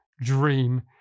dream